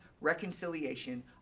reconciliation